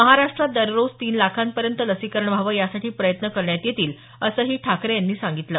महाराष्टात दररोज तीन लाखांपर्यंत लसीकरण व्हावं यासाठी प्रयत्न करण्यात येईल असंही ठाकरे यांनी सांगितलं